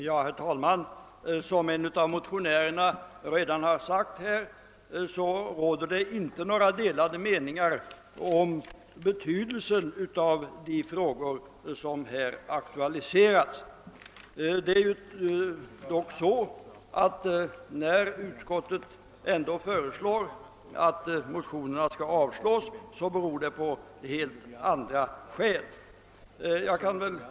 Herr talman! Som en av motionärerna redan sagt råder det inte några delade meningar om betydelsen av de frågor som här aktualiserats. Att utskottet föreslår att motionerna skall avslås har helt andra orsaker.